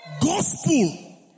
Gospel